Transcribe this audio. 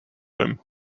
him